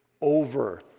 over